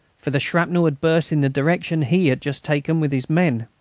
for the shrapnel had burst in the direction he had just taken with his men.